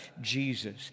Jesus